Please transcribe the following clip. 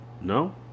No